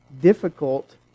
difficult